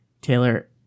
Taylor